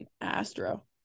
Astro